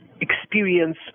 experience